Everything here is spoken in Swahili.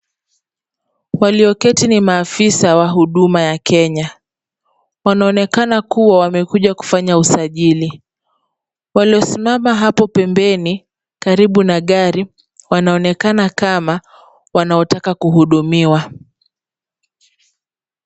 Walioketi ni maafisa wa huduma ya Kenya. Wanaonekana kuwa wamekuja kufanya usajili. Waliosimama hapo pembeni karibu na gari wanaonekana kama wanaotaka kuhudumiwa.